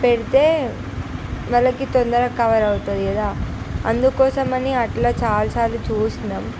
పెడితే వాళ్ళకి తొందరగా కవర్ అవుతుంది కదా అందుకోసం అని అట్లా చాలా సార్లు చూస్తున్నాం